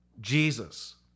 Jesus